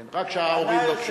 כן, רק כשההורים לא כשירים.